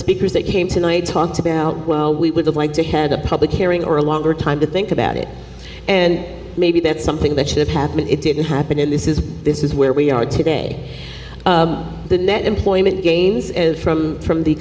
speakers that came tonight talked about well we would like to had a public hearing or a longer time to think about it and maybe that's something that should have happened it didn't happen in this is this is where we are today the net employment gains from from the